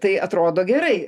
tai atrodo gerai